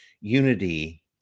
unity